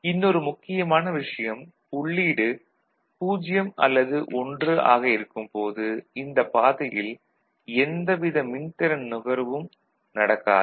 இன்னொரு முக்கியமான விஷயம் உள்ளீடு 0 அல்லது 1 ஆக இருக்கும்போது இந்தப் பாதையில் எந்த வித மின்திறன் நுகர்வும் நடக்காது